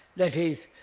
that is,